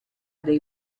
dei